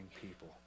people